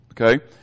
Okay